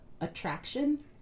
attraction